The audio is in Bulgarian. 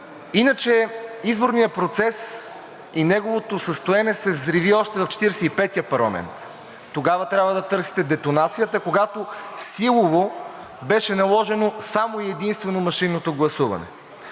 Иначе изборният процес и неговото състоене се взриви още в Четиридесет и петия парламент. Тогава трябва да търсите детонацията, когато силово беше наложено само и единствено машинното гласуване.